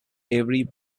every